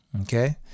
Okay